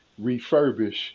refurbish